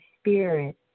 spirit